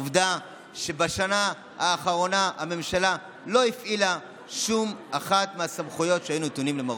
עובדה שבשנה האחרונה הממשלה לא הפעילה אף אחת מהסמכויות שהיו נתונות לה.